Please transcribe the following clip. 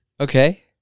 okay